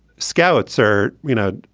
scouts are, you know,